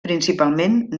principalment